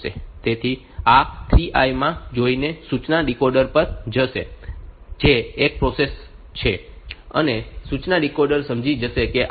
તેથી તે આ 3E માં જોઈને સૂચના ડીકોડર પર જશે જે એક પ્રોસેસર છે અને સૂચના ડીકોડર સમજી જશે કે આ એક MVI સૂચના છે